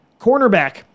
Cornerback